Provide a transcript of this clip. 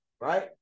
right